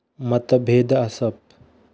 मतभेद आसप